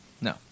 No